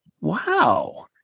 Wow